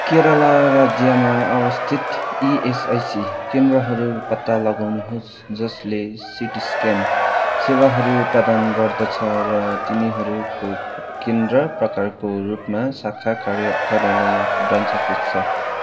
केरेला राज्यमा अवस्थित E S I C केन्द्रहरू पत्ता लगाउनुहोस् जसले सिटी स्क्यान सेवाहरू प्रदान गर्दछ र तिनीहरूको केन्द्र प्रकारको रूपमा शाखा का कार्यालय ब्रान्च अफिस छ